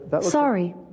Sorry